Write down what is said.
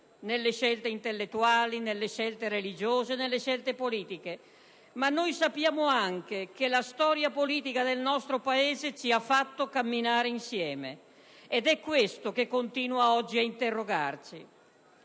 nelle scelte intellettuali, nelle scelte religiose, nelle scelte politiche, ma sappiamo anche che la storia politica del nostro Paese ci ha fatto camminare insieme, ed è questo che continua oggi ad interrogarci.